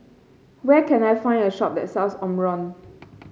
where can I find a shop that sells Omron